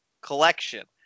collection